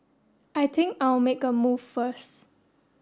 I think I'll make a move first